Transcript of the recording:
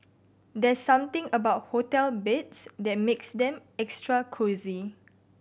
there's something about hotel beds that makes them extra cosy